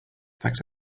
thanks